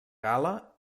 gala